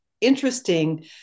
Interesting